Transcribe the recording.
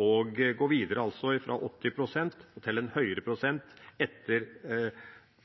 og gå videre fra 80 pst. til en høyere prosent etter